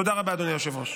תודה רבה, אדוני היושב-ראש.